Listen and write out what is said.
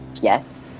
Yes